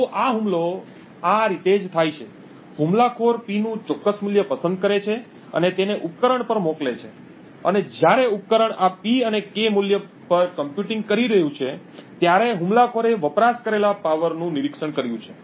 તો હુમલો આ રીતે જ થાય છે હુમલાખોર P નું ચોક્કસ મૂલ્ય પસંદ કરે છે અને તેને ઉપકરણ પર મોકલે છે અને જ્યારે ઉપકરણ આ P અને K મૂલ્ય પર કમ્પ્યુટિંગ કરી રહ્યું છે ત્યારે હુમલાખોરે વપરાશ કરેલા પાવરનું નિરીક્ષણ કર્યું છે